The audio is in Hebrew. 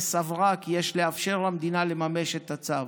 שסברה כי יש לאפשר למדינה לממש את הצו.